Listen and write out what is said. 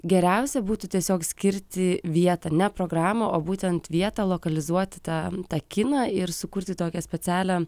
geriausia būtų tiesiog skirti vietą ne programą o būtent vietą lokalizuoti tą tą kiną ir sukurti tokią specialią